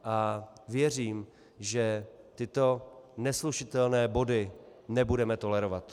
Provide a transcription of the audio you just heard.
A věřím, že tyto neslučitelné body nebudeme tolerovat.